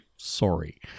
sorry